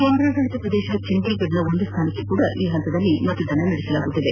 ಕೇಂದ್ರಾದಳಿತ ಪ್ರದೇಶ ಚಂಡೀಗಢ್ನ ಒಂದು ಸ್ಥಾನಕ್ಕೆ ಸಹ ಈ ಹಂತದಲ್ಲಿ ಮತದಾನ ನಡೆಯುವುದು